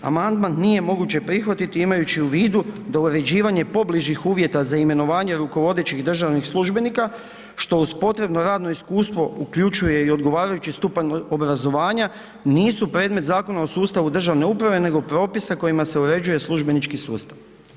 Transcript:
Amandman nije moguće prihvatiti imajući u vidu da uređivanje pobližih uvjeta za imenovanje rukovodećih državnih službenika što uz potrebno radno iskustvo uključuje i odgovarajući stupanj obrazovanja nisu predmet zakona o sustavu državne uprave nego propisa kojima se uređuje službenički sustav.